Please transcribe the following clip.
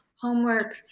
homework